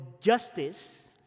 justice